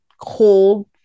cold